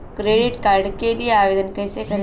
Credit card के लिए आवेदन कैसे करें?